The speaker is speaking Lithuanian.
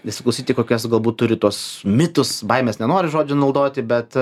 įsiklausyti kokias galbūt turi tuos mitus baimes nenoriu žodžio naudoti bet